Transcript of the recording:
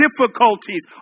difficulties